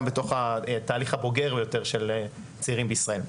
גם בתוך התהליך הבוגר יותר של צעירים בישראל.